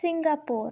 Singapore